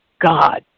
God